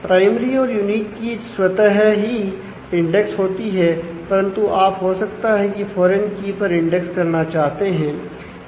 primary और unique keys पर index करना चाहते हैं